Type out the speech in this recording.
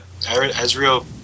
Ezreal